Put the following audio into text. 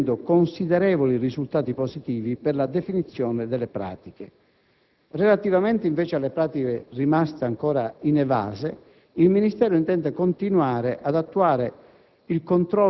conseguendo considerevoli risultati positivi per la definizione delle pratiche. Relativamente, invece, alle pratiche rimaste ancora inevase, il Ministero intende continuare ad attuare